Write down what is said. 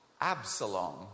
Absalom